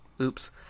Oops